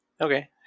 Okay